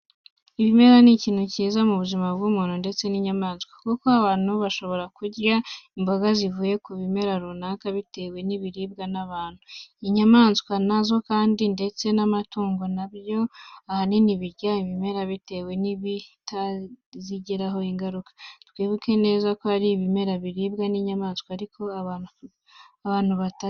Ibimera ni ikintu cyiza mu buzima bw'abantu ndetse n'inyamaswa. Kuko abantu bashobora kurya imboga zivuye ku bimera runaka bitewe n'ibiribwa n'abantu. Inyamaswa na zo kandi ndetse n'amatungo na byo ahanini birya ibimera bitewe n'ibitazigiraho ingaruka. Twibuke neza ko hari ibimera biribwa n'inyamaswa ariko abantu batarya.